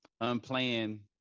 unplanned